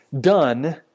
done